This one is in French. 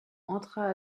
entra